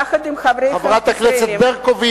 כנסת אחרים,